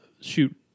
shoot